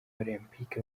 olempike